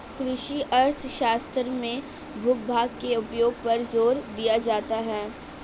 कृषि अर्थशास्त्र में भूभाग के उपयोग पर जोर दिया जाता है